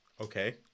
Okay